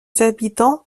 habitants